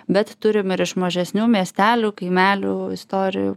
bet turim ir iš mažesnių miestelių kaimelių istorijų